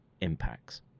impacts